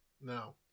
No